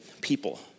people